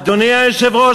אדוני היושב-ראש,